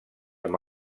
amb